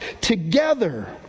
together